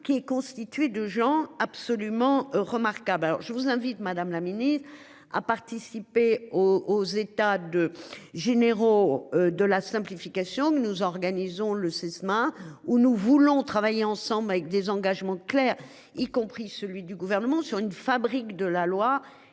qui est constitué de gens absolument remarquable. Alors je vous invite, madame la Ministre a participé aux États de généraux de la simplification nous nous organisons le Sesmat où nous voulons travailler ensemble avec des engagements clairs, y compris celui du gouvernement sur une fabrique de la loi